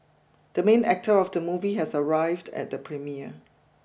the main actor of the movie has arrived at the premiere